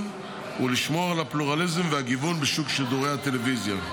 ולשמור על הפלורליזם ועל הגיוון בשוק שידורי הטלוויזיה.